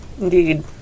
Indeed